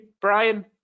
Brian